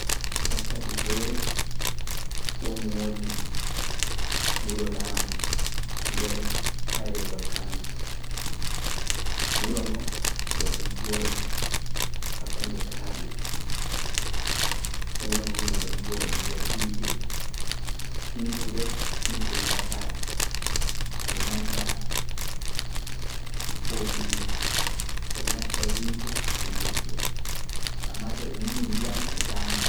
Wakkati feere ɗoon woodi wuro laamu nder hayre volkaano, wuro ngoo ɗoon jooɗi hakkunde kaaƴe, wuro ngoo ɗoon jooɗi nder hiite, himɓe nder hiite wulataa ɓe, ɓe nanta poosu hiite, ɓe natta hiite ɓe kulataa ɓe ɓe nanta poosu hiite ɓe natta hiite ɓe mburtoo amma to ɓe memi ndiyam ɓe saama.